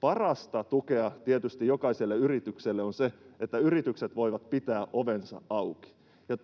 Parasta tukea jokaiselle yritykselle on tietysti se, että yritykset voivat pitää ovensa auki.